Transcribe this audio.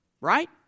Right